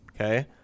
okay